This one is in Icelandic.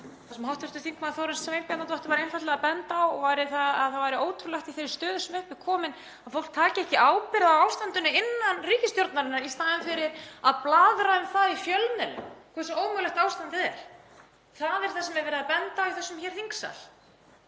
Það sem hv. þm. Þórunn Sveinbjarnardóttir var einfaldlega að benda á var að það væri ótrúlegt í þeirri stöðu sem upp er komin að fólk taki ekki ábyrgð á ástandinu innan ríkisstjórnarinnar í staðinn fyrir að blaðra um það í fjölmiðlum hversu ómögulegt ástandið er. Það er það sem er verið að benda á í þessum þingsal.